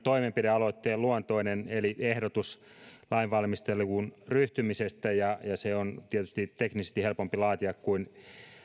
toimenpidealoitteen luontoinen eli ehdotus lainvalmisteluun ryhtymisestä ja se on tietysti teknisesti helpompi laatia kuin